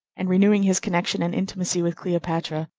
and renewing his connection and intimacy with cleopatra,